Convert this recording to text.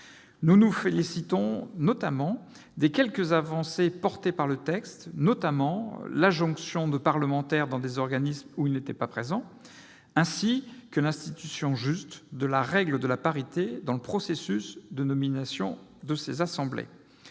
Nous nous félicitons également des quelques avancées que comporte le texte, notamment la nomination de parlementaires dans des organismes où ils n'étaient pas présents jusqu'alors et l'institution de la règle de la parité dans le processus de nomination par les assemblées.